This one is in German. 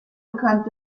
bekannt